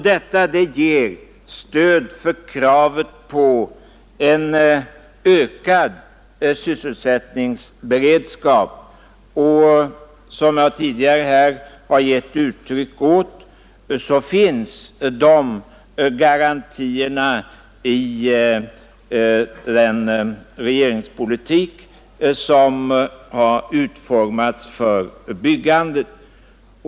Detta ger stöd för kravet på en ökad sysselsättningsberedskap. Som jag tidigare här har givit uttryck åt, finns garantierna för denna i den regeringspolitik som har utformats för byggandet.